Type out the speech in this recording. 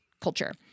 culture